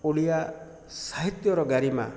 ଓଡ଼ିଆ ସାହିତ୍ୟର ଗାରିମା